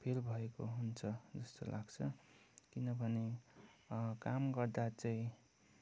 feel भएको हुन्छ जस्तो लाग्छ किनभने काम गर्दा चाहिँ